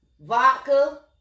vodka